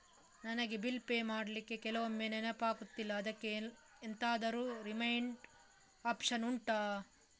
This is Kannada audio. ನನಗೆ ಬಿಲ್ ಪೇ ಮಾಡ್ಲಿಕ್ಕೆ ಕೆಲವೊಮ್ಮೆ ನೆನಪಾಗುದಿಲ್ಲ ಅದ್ಕೆ ಎಂತಾದ್ರೂ ರಿಮೈಂಡ್ ಒಪ್ಶನ್ ಉಂಟಾ